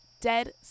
dead